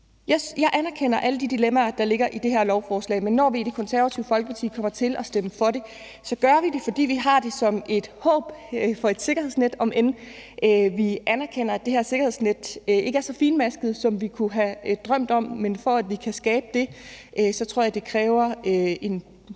Jeg anerkender alle de dilemmaer, der ligger i det her lovforslag, men når vi i Det Konservative Folkeparti kommer til at stemme for det, så gør vi det, fordi vi har et håb om, at det kan være et sikkerhedsnet, omend vi anerkender, at det her sikkerhedsnet ikke er så finmasket, som vi kunne have drømt om. Men for at vi kan skabe det, tror jeg, det kræver en mere